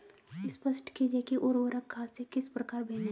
स्पष्ट कीजिए कि उर्वरक खाद से किस प्रकार भिन्न है?